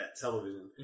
television